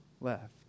left